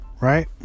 right